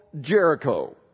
Jericho